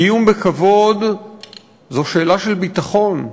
קיום בכבוד זו שאלה של ביטחון,